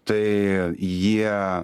tai jie